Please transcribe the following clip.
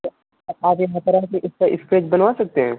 तो आप यहाँ पर आ कर इसका इस्केच बनवा सकते हैं